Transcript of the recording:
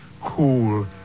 cool